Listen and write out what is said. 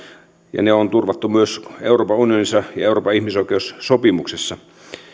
ja ne on turvattu myös euroopan unionissa ja euroopan ihmisoikeussopimuksessa